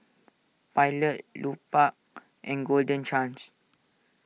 Pilot Lupark and Golden Chance